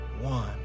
one